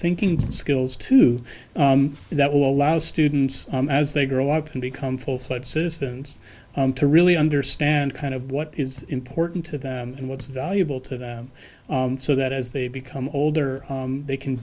thinking skills to that will allow students as they grow up and become full fledged citizens to really understand kind of what is important to them and what's valuable to them so that as they become older they can